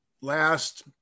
last